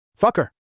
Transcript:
Fucker